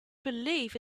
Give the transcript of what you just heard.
believe